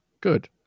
Good